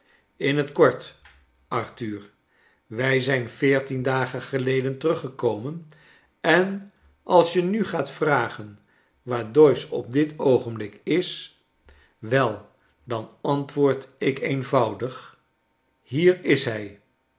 in t kort arthur wij zijn veertien dagen geleden teruggekomen en als je nu gaat vragen waar doyce op dit oogenblik is wel dan antwoord ik eenvoudig hier is hij